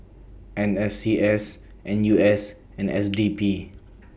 N S C S N U S and S D P